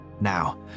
Now